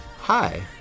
hi